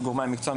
של גורמי המקצוע,